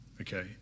okay